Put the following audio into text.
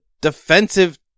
defensive